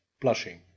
blushing